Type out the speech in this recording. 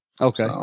okay